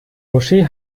moschee